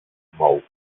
mou